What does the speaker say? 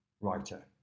writer